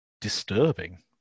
disturbing